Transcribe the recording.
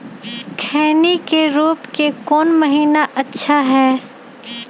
खैनी के रोप के कौन महीना अच्छा है?